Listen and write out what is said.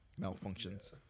malfunctions